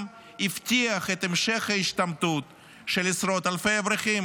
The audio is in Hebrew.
יבטיח את המשך ההשתמטות של עשרות אלפי אברכים.